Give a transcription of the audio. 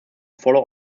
follow